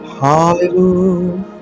Hallelujah